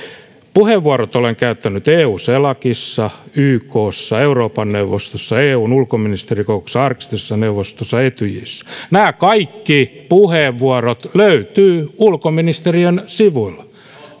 puheenvuorot olen käyttänyt eu celacissa ykssa euroopan neuvostossa eun ulkoministerikokouksessa arktisessa neuvostossa etyjissä nämä kaikki puheenvuorot löytyvät ulkoministeriön sivuilta